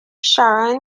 sharon